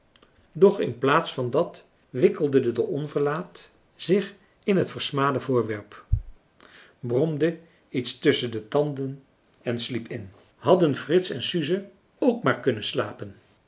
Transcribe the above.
doch in plaats van dat wikkelde de onverlaat zich in het versmade voorwerp bromde iets tusschen de tanden en sliep in hadden frits en suze ook maar kunnen slapen